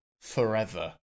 forever